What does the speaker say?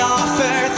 offer